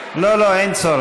לא, לא, אין צורך.